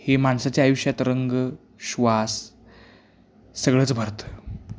हे माणसाच्या आयुष्यात रंग श्वास सगळंच भरतं